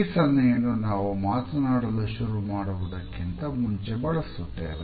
ಈ ಸನ್ನೆಯನ್ನು ನಾವು ಮಾತನಾಡಲು ಶುರು ಮಾಡುವುದಕ್ಕಿಂತ ಮುಂಚೆ ಬಳಸುತ್ತೇವೆ